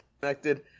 connected